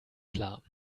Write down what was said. klar